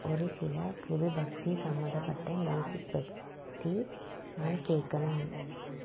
ஒரு சில புது பக்தி சம்பந்தப்பட்ட மியூசிக் பற்றி நான் கேக்கணும்